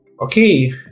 Okay